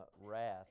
wrath